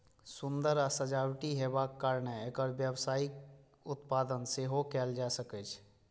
सुंदर आ सजावटी हेबाक कारणें एकर व्यावसायिक उत्पादन सेहो कैल जा सकै छै